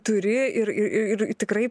turi ir ir ir tikrai